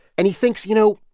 and he thinks, you know,